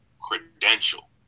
credential